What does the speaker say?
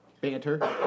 banter